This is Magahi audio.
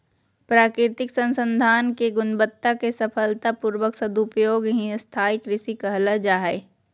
प्राकृतिक संसाधन के गुणवत्ता के सफलता पूर्वक सदुपयोग ही स्थाई कृषि कहल जा हई